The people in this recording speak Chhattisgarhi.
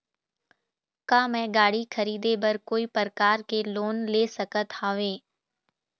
का मैं गाड़ी खरीदे बर कोई प्रकार के लोन ले सकत हावे?